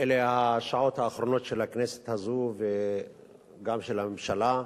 אלה השעות האחרונות של הכנסת הזאת וגם של הממשלה,